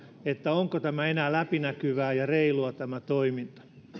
onko tämä toiminta enää läpinäkyvää ja reilua